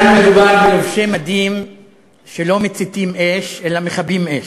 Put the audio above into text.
כאן מדובר בלובשי מדים שלא מציתים אש אלא מכבים אש,